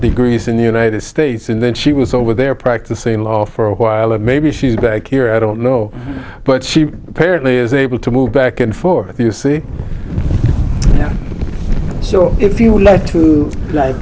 degrees in the united states and then she was over there practicing law for a while or maybe she's back here i don't know but she apparently is able to move back and forth you see so if you would like to